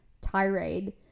tirade